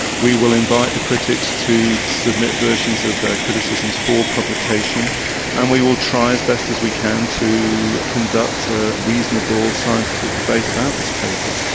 we will invite the critics to submit versions of their criticisms for publication and we will try as best as we can to conduct a reasonable scientific debate about this paper.